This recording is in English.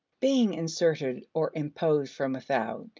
being inserted or imposed from without,